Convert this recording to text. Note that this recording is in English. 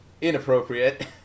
inappropriate